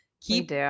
keep